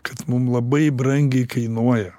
kad mum labai brangiai kainuoja